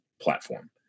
platform